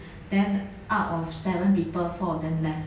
then out of seven people four of them left